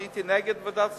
שהייתי נגד בוועדת הכספים?